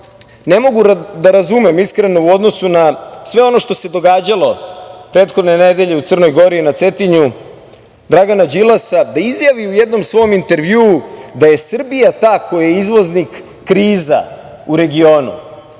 ne mogu da razumem iskreno, u odnosu na sve ono što se događalo prethodne nedelje u Crnoj Gori, na Cetinju, Dragana Đilasa da izjavi u jednom svom intervju da je Srbija ta koja je izvoznik kriza u regionu,